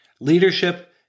leadership